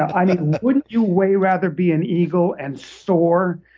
i mean wouldn't you way rather be an eagle and soar,